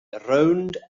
rownd